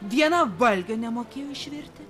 vienam valgio nemokėjo išvirti